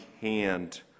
hand